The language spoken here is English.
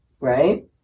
Right